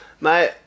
mate